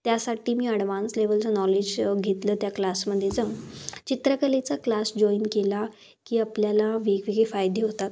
त्यासाठी मी अडवान्स लेव्हलचं नॉलेज घेतलं त्या क्लासमध्ये जाऊन चित्रकलेचा क्लास जॉईन केला की आपल्याला वेगवेगळे फायदे होतात